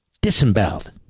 Disemboweled